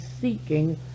seeking